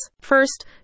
first